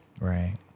Right